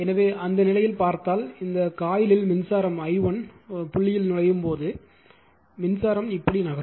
எனவே அந்த நிலையில் பார்த்தால் இந்த காயிலில் மின்சாரம் i1 புள்ளி நுழையும் போது எனவே மின்சாரம் இப்படி நகரும்